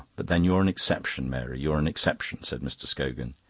but then you're an exception, mary, you're an exception, said mr. scogan.